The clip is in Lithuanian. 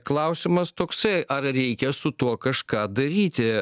klausimas toksai ar reikia su tuo kažką daryti